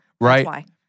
Right